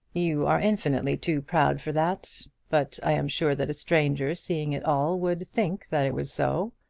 you are infinitely too proud for that but i am sure that a stranger seeing it all would think that it was so.